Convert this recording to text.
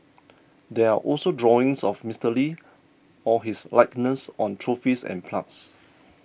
there are also drawings of Mister Lee or his likeness on trophies and plagues